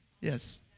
Yes